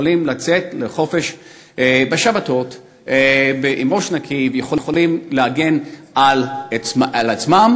יכולים לצאת לחופש בשבתות בראש נקי ויכולים להגן על עצמם